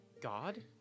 God